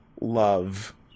love